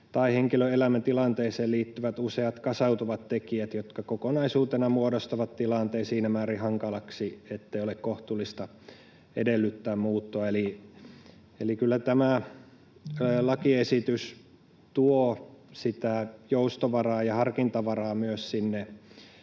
tai henkilön elämäntilanteeseen liittyvät useat kasautuvat tekijät, jotka kokonaisuutena muodostavat tilanteen siinä määrin hankalaksi, ettei ole kohtuullista edellyttää muuttoa. Eli kyllä tämä lakiesitys tuo sitä joustovaraa ja harkintavaraa myös sinne